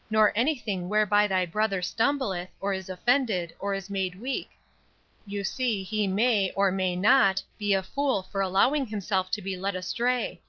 nor anything whereby thy brother stumbleth, or is offended, or is made weak you see he may, or may not, be a fool for allowing himself to be led astray.